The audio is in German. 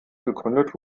gegründet